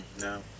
No